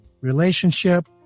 relationship